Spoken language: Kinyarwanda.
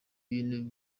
ibintu